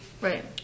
Right